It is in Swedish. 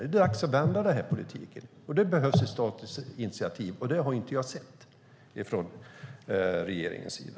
Det är dags att vända politiken, och det behövs ett statligt initiativ, men något sådant har jag inte sett från regeringens sida.